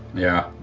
yeah?